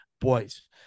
boys